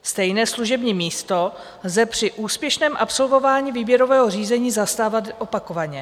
Stejné služební místo lze při úspěšném absolvování výběrového řízení zastávat opakovaně.